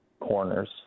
corners